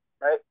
Right